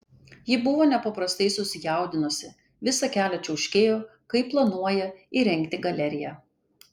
ji buvo nepaprastai susijaudinusi visą kelią čiauškėjo kaip planuoja įrengti galeriją